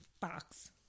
box